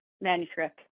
manuscript